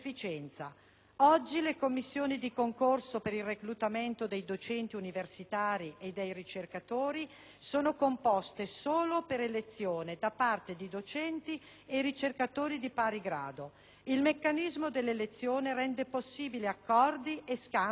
Oggi le commissioni di concorso per il reclutamento dei docenti universitari e dei ricercatori sono composte solo per elezione da parte di docenti e ricercatori di pari grado. Il meccanismo dell'elezione rende possibili accordi e scambi di voti